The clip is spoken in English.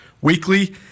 weekly